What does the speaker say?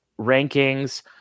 rankings